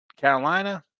Carolina